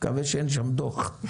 נקווה שאין שם דוח.